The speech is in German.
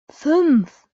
fünf